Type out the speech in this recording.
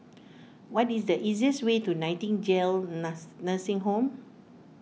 what is the easiest way to Nightingale Nursing Home